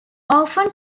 often